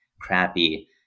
crappy